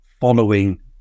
following